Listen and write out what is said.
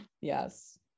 yes